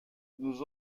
nous